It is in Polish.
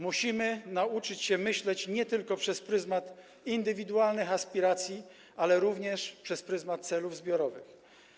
Musimy nauczyć się myśleć nie tylko przez pryzmat indywidualnych aspiracji, ale również przez pryzmat celów zbiorowych.